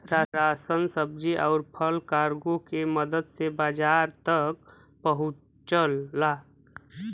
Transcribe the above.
ration सब्जी आउर फल कार्गो के मदद से बाजार तक पहुंचला